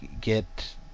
get